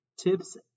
tips